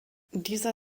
dieser